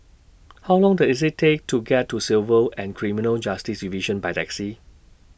How Long Does IT Take to get to Civil and Criminal Justice Division By Taxi